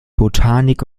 botanik